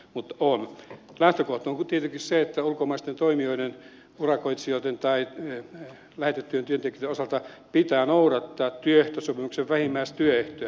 lähtökohta on tietenkin se että ulkomaisten toimijoiden urakoitsijoiden tai lähetettyjen työntekijöitten osalta pitää noudattaa työehtosopimuksen vähimmäistyöehtoja